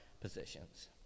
positions